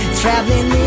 traveling